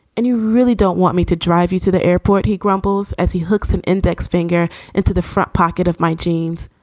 and you really don't want me to drive you to the airport. he grumbles as he hooks an index finger into the front pocket of my jeans.